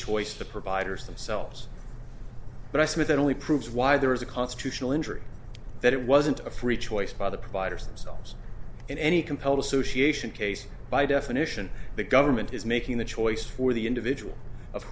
choice the providers themselves but i submit that only proves why there is a constitutional injury that it wasn't a free choice by the providers cells in any compelled association case by definition the government is making the choice for the individual of